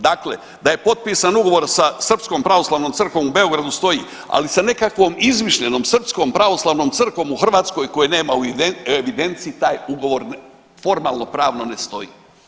Dakle, da je potpisan ugovor sa srpskom pravoslavnom crkvom u Beogradu stoji, ali sa nekakvom izmišljenom srpskom pravoslavnom crkvom u Hrvatskoj koje nema u evidenciji taj ugovor formalno-pravno ne stoji.